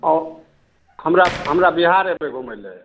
हमरा हमरा बिहार अयबै घुमय लए